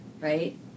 right